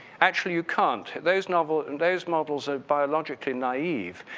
actually you can't, those nobles and those models are biologically naive.